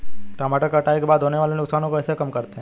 टमाटर कटाई के बाद होने वाले नुकसान को कैसे कम करते हैं?